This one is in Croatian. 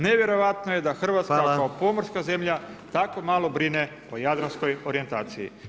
Nevjerojatno da Hrvatska kao pomorska zemlja [[Upadica predsjednik: Hvala.]] tako malo brine o jadranskoj orijentaciji.